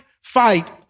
fight